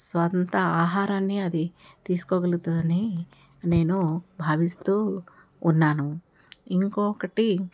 స్వంత ఆహారాన్ని అది తీసుకోగలుగుతదని నేను భావిస్తూ ఉన్నాను ఇంకొకటి